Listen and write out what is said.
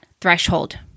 threshold